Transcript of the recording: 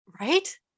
Right